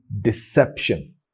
deception